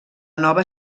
nova